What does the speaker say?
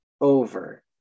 over